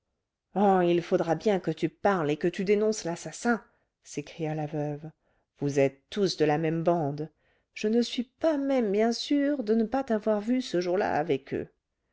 il faudra bien que tu parles et que tu dénonces l'assassin s'écria la veuve vous êtes tous de la même bande je ne suis pas même bien sûre de ne pas t'avoir vue ce jour-là avec eux